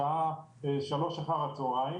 בשעה שלוש אחר הצהריים,